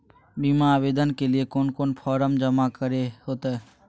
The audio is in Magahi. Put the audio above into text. बीमा आवेदन के लिए कोन कोन फॉर्म जमा करें होते